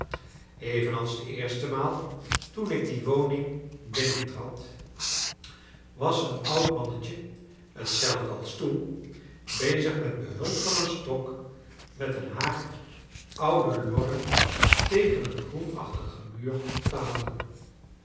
evenals de eerste maal toen ik die woning binnentrad was een oud mannetje hetzelfde als toen bezig met behulp van een stok met een haak oude lorren tegen een groenachtigen muur te hangen